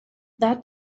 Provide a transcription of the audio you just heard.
that